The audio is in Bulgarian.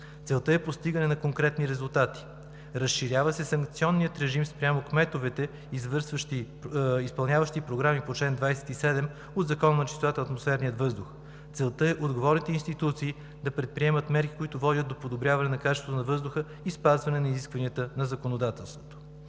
Целта е постигане на конкретни резултати. Разширява се санкционният режим спрямо кметовете, изпълняващи програми по чл. 27 от Закона за чистотата на атмосферния въздух. Целта е отговорните институции да предприемат мерки, които водят до подобряване качеството на въздуха и спазване на изискванията на законодателството.